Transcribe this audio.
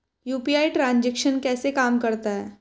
UPI transaction कैसे काम करता है?